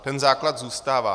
Ten základ zůstává.